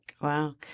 Wow